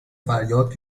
فریاد